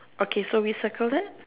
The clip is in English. okay so we circle that